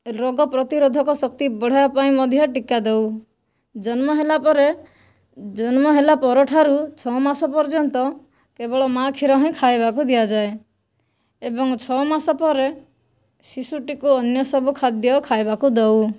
ରୋଗ ପ୍ରତିରୋଧକ ଶକ୍ତି ବଢ଼ାଇବା ପାଇଁ ମଧ୍ୟ ଟିକା ଦେଉ ଜନ୍ମ ହେଲା ପରେ ଜନ୍ମ ହେଲା ପରଠାରୁ ଛଅ ମାସ ପର୍ଯ୍ୟନ୍ତ କେବଳ ମା' କ୍ଷୀର ହିଁ ଖାଇବାକୁ ଦିଆଯାଏ ଏବଂ ଛଅ ମାସ ପରେ ଶିଶୁଟିକୁ ଅନ୍ୟ ସବୁ ଖାଦ୍ୟ ଖାଇବାକୁ ଦେଉ